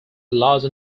larger